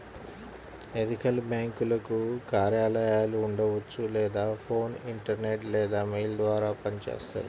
ethical బ్యేంకులకు కార్యాలయాలు ఉండవచ్చు లేదా ఫోన్, ఇంటర్నెట్ లేదా మెయిల్ ద్వారా పనిచేస్తాయి